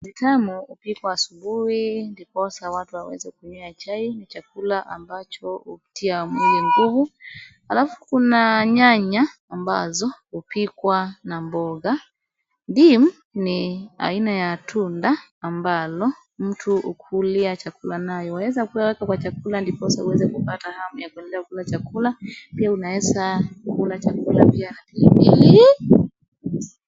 Kitamu hupikwa asubuhi ndiposa watu waweze kunyia chai. Ni chakula ambacho hupatia mwili nguvu. Alafu kuna nyanya ambazo hupikwa na mboga. Ndimu ni aina ya tunda ambalo mtu hulia chakula nayo. Waweza kuiweka kwa chakula ndiposa uweze kupata hamu ya kuendelea kula chakula. Pia unaweza kula chakula pia ili.